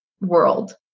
world